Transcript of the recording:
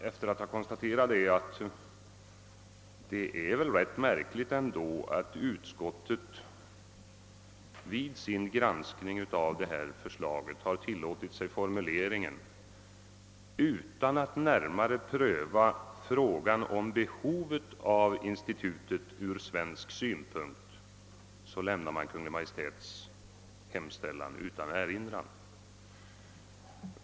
Efter att ha konstaterat detta vill jag säga att det är rätt märkligt att utskottet vid sin granskning av förslaget tilllåtit sig använda formuleringen att »utskottet — utan att närmare pröva frågan om behovet av institutet ur svensk synpunkt — lämnat Kungl. Maj:ts hemställan utan erinran».